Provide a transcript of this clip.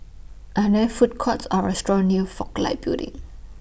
Are There Food Courts Or restaurants near Fook Lai Building